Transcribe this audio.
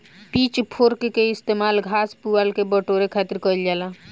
pitch fork के इस्तेमाल घास, पुआरा के बटोरे खातिर कईल जाला